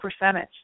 percentage